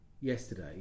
yesterday